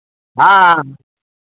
हाँ